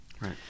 right